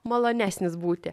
malonesnis būti